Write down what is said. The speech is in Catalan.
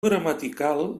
gramatical